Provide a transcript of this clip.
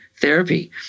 Therapy